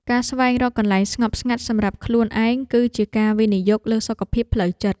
ការស្វែងរកកន្លែងស្ងប់ស្ងាត់សម្រាប់ខ្លួនឯង គឺជាការវិនិយោគលើសុខភាពផ្លូវចិត្ត។